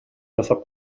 жасап